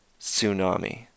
Tsunami